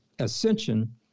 Ascension